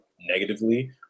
negatively